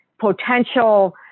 potential